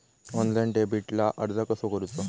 Online डेबिटला अर्ज कसो करूचो?